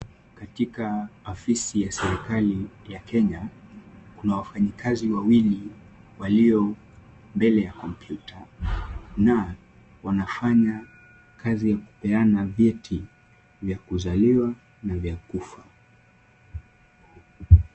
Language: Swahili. Katika afisi ya serikali ya Kenya kuna wafanyikazi wawili walio mbele ya kompyuta na wanafanya kazi ya kupeana vyeti vya kuzaliwa na vya kufa.